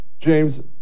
James